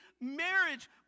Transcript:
marriage